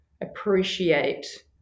appreciate